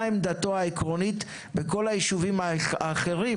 מה עמדתו העקרונית בכל היישובים האחרים